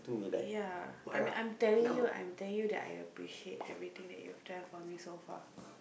ya I I'm I'm telling you I'm telling you that I appreciate everything that you have done for me so far